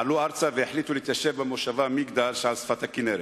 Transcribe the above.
עלו ארצה והחליטו להתיישב במושבה מגדל שעל שפת הכינרת.